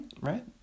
Right